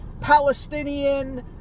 Palestinian